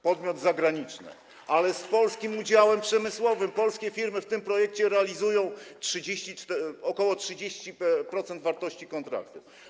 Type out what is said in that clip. Podmiot zagraniczny, ale z polskim udziałem przemysłowym - polskie firmy w tym projekcie realizują ok. 30% wartości kontraktu.